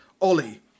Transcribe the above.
Ollie